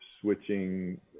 switching